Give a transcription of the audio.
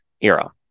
era